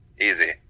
Easy